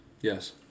Yes